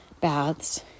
baths